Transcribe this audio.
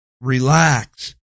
relax